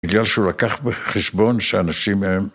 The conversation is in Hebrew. בגלל שהוא לקח בחשבון שאנשים הם...